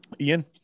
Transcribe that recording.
Ian